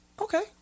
Okay